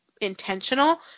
intentional